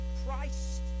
Christ